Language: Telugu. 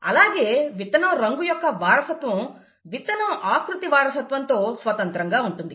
అలాగే విత్తనం రంగు యొక్క వారసత్వం విత్తనం ఆకృతి వారసత్వంతో స్వతంత్రంగా ఉంటుంది